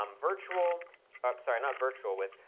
um virtual sorry. not virtual width.